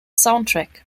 soundtrack